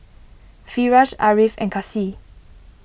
Firash Ariff and Kasih